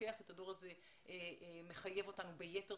שלוקחים את הדור הזה מחייב אותנו ביתר